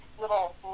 little